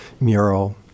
mural